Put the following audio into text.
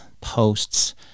posts